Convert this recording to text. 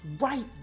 right